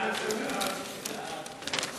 התשע"א 2010,